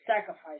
sacrifice